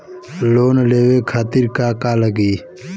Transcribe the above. Loan लेवे खातीर का का लगी?